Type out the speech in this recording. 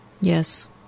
Yes